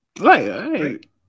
Right